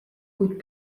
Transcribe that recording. kuid